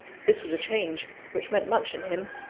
this was a change, which meant much in him.